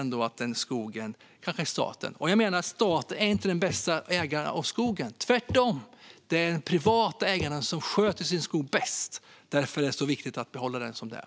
Och jag menar att staten inte är den bästa ägaren av skogen. Tvärtom är det den privata ägaren som sköter sin skog bäst. Därför är det så viktigt att behålla det som det är.